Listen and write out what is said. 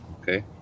Okay